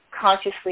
consciously